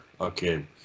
Okay